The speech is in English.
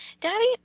Daddy